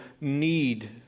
need